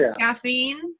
caffeine